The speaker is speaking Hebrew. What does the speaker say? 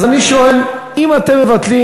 אז אני שואל: אם אתם מבטלים